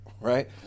right